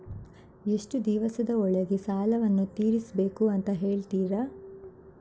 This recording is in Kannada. ಎಷ್ಟು ದಿವಸದ ಒಳಗೆ ಸಾಲವನ್ನು ತೀರಿಸ್ಬೇಕು ಅಂತ ಹೇಳ್ತಿರಾ?